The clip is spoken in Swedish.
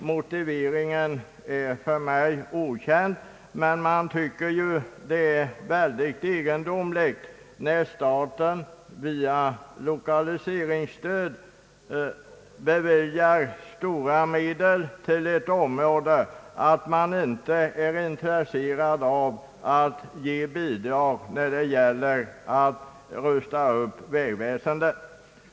Motiveringen är för mig okänd, men jag tycker att det är mycket egendomligt att man när staten beviljar stora belopp i form av lokaliseringsstöd till ett område inte är intresserad av att ge bidrag för att rusta upp vägväsendet.